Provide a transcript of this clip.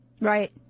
Right